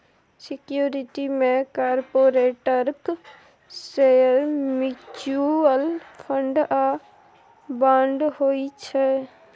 security मे कारपोरेटक share, mutual fund आ बांड होइ छै